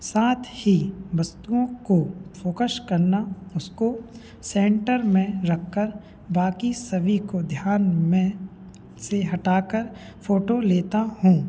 साथ ही वस्तुओं को फोकश करना उसको सेंटर में रख कर बाक़ी सभी को ध्यान में से हटाकर फोटो लेता हूँ